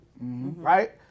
right